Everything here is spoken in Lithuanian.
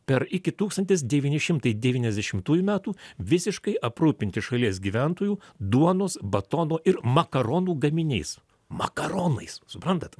per iki tūkstantis devyni šimtai devyniasdešimtųjų metų visiškai aprūpinti šalies gyventojų duonos batono ir makaronų gaminiais makaronais suprantat